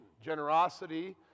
Generosity